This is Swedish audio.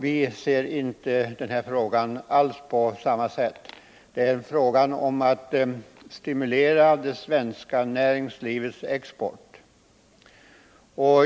Vi ser inte alls på samma sätt på den frågan. Det handlar om att stimulera det svenska näringslivets export.